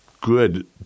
good